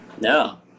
No